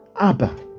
Abba